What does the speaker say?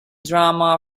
drama